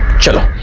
job,